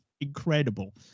incredible